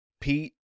Pete